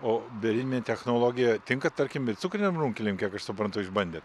o beariminė technologija tinka tarkim ir cukriniam runkeliem kiek aš suprantu išbandėt